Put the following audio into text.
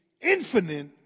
infinite